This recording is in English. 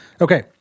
Okay